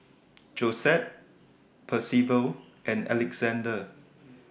Josette Percival and Alexander